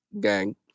gang